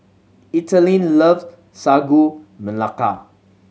Ethelene love Sagu Melaka